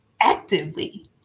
actively